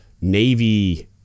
navy